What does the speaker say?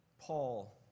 Paul